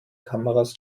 kameras